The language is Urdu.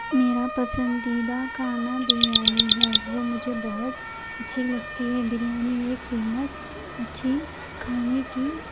میرا پسندیدہ کھانا بریانی ہے وہ مجھے بہت اچھی لگتی ہے بریانی ایک فیمس اچھی کھانے کی